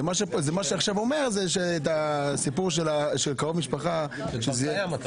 זה אומר שאת הסיפור של קרוב משפחה --- זה כבר קיים אתה אומר?